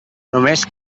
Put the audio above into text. només